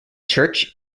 church